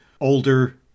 older